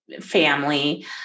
family